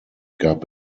gab